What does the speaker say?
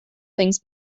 things